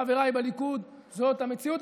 חבריי בליכוד, זאת המציאות.